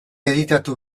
editatu